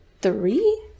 Three